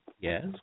Yes